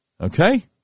Okay